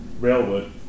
Railwood